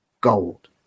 gold